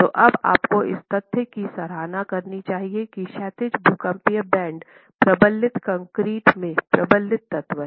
तो अब आपको इस तथ्य की सराहना करनी चाहिए कि क्षैतिज भूकंपीय बैंड प्रबलित कंक्रीट में प्रबलित तत्व हैं